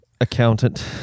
accountant